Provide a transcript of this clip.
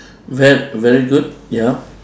ver~ very good ya